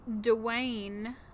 Dwayne